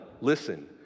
Listen